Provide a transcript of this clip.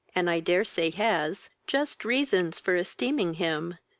and i dare say has, just reasons for esteeming him,